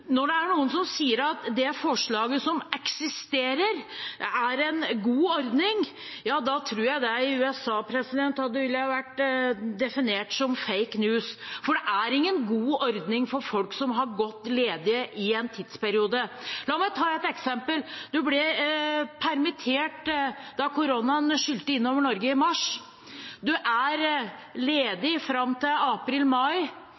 Når det er noen som sier at den ordningen som eksisterer, er en god ordning, tror jeg at det i USA ville blitt definert som «fake news». Det er ingen god ordning for folk som har gått ledige i en periode. La meg ta et eksempel: Man ble permittert da koronaviruset skylte innover Norge i mars, man er